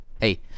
Hey